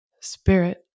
spirit